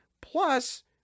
Plus